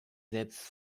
selbst